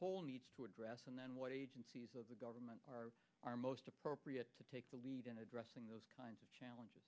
whole needs to address and then what agencies of the government are most appropriate to take the lead in addressing those kinds of challenges